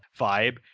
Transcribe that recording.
vibe